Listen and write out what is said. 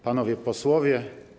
Panowie Posłowie!